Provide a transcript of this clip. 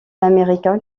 américain